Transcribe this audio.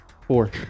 Four